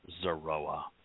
Zoroa